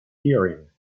hear